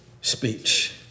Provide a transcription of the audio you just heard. speech